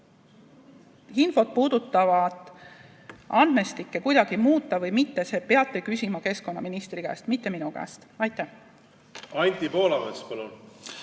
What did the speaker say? infot puudutavat andmestikku kuidagi muuta või mitte, seda peate küsima keskkonnaministri, mitte minu käest. Aitäh!